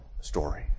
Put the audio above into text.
story